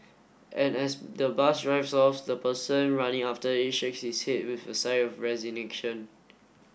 and as the bus drives off the person running after it shakes his head with a sigh of resignation